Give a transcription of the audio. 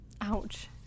ouch